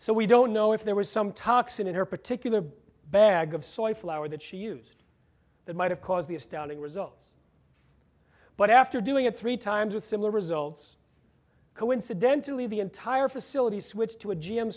so we don't know if there was some toxin in her particular bag of soy flour that she used that might have caused the astounding results but after doing it three times with similar results coincidentally the entire facility switched to a g